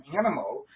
animal